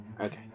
Okay